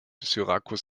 syrakus